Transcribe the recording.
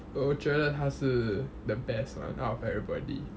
我觉得他是 the best one out of everybody